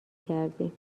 کردیم